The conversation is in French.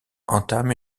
entame